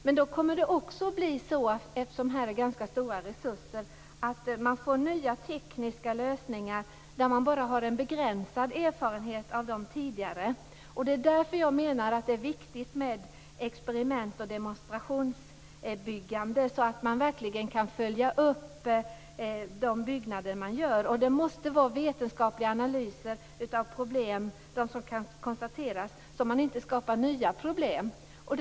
Här kommer det säkert att bli nya tekniska lösningar där det finns begränsade erfarenheter. Därför är det viktigt med experiment och demonstrationsbyggande så att det verkligen går att följa upp byggnationerna. Det måste ske vetenskapliga analyser så att inte nya problem skapas.